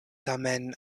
tamen